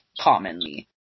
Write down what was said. commonly